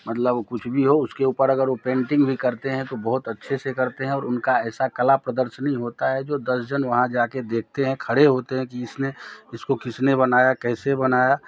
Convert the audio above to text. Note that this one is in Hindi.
मतलब कुछ भी हो उसके ऊपर अगर वो पेंटिंग भी करते हैं तो बहुत अच्छे से करते हैं और उनकी ऐसी कला प्रदर्शनी होती है जो दस जन वहाँ जाके देखते हैं खड़े होते हैं कि इसमें इसको किसने बनाया कैसे बनाया